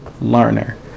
learner